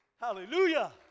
Hallelujah